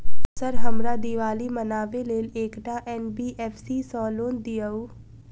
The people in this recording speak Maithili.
सर हमरा दिवाली मनावे लेल एकटा एन.बी.एफ.सी सऽ लोन दिअउ?